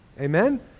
Amen